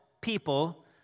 people